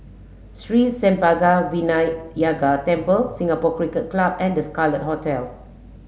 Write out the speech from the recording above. Sri Senpaga Vinayagar Temple Singapore Cricket Club and The Scarlet Hotel